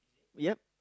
yup